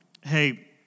Hey